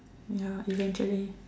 ya eventually